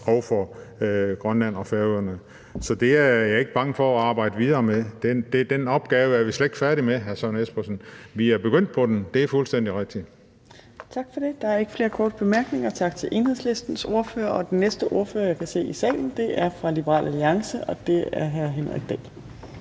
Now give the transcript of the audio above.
og for Grønland og Færøerne. Så det er jeg ikke bange for at arbejde videre med. Den opgave er vi slet ikke færdige med, hr. Søren Espersen. Vi er begyndt på den, det er fuldstændig rigtigt. Kl. 18:34 Fjerde næstformand (Trine Torp): Tak til Enhedslistens ordfører. Der er ikke flere korte bemærkninger. Den næste ordfører, jeg kan se i salen, er hr. Henrik Dahl